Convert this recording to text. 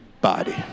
body